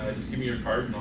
just give me your card